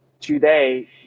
today